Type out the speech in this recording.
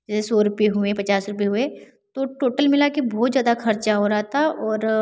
जैसे सौ रूपये हुए पचास रूपये हुए तो टोटल मिला कर बहुत ज़्यादा खर्चा हो रहा था और